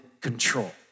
control